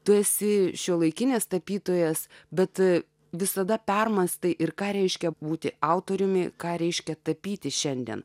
tu esi šiuolaikinis tapytojas bet visada permąstai ir ką reiškia būti autoriumi ką reiškia tapyti šiandien